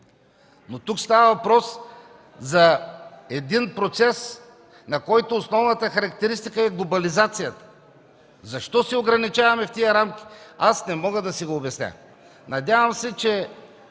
Но тук става въпрос за един процес, на който основната характеристика е глобализацията. Защо се ограничаваме в тези рамки? Аз не мога да си го обясня. Надявам се, че